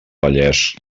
vallès